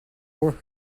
were